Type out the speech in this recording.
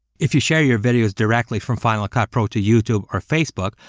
if you share your videos directly from final cut pro to youtube or facebook,